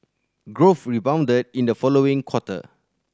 growth rebounded in the following quarter